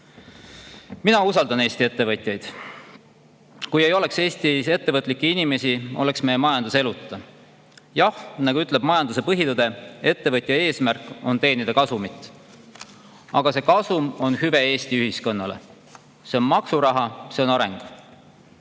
Mina usaldan Eesti ettevõtjaid. Kui ei oleks Eestis ettevõtlikke inimesi, oleks meie majandus eluta. Jah, nagu ütleb majanduse põhitõde, ettevõtja eesmärk on teenida kasumit, aga see kasum on hüve Eesti ühiskonnale. See on maksuraha, see on areng.